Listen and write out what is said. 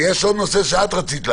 ויש עוד נושא שאת רצית להעלות,